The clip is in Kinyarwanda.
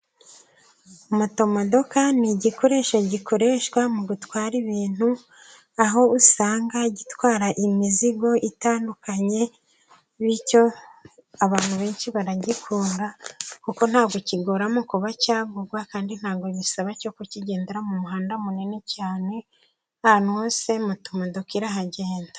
Motomodoka ni igikoresho gikoreshwa mu gutwara ibintu, aho usanga gitwara imizigo itandukanye, bityo abantu benshi baragikunda kuko ntabwo kigora mu kuba cyagurwa kandi ntabwo bisaba ko cyo kigendera mu muhanda munini cyane, ahantu hose motomodoka irahagenda.